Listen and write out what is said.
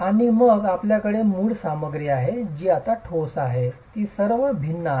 आणि मग आपल्याकडे मूळ सामग्री आहे जी आता ठोस आहे ती सर्व भिन्न आहेत